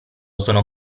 sono